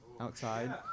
outside